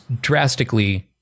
drastically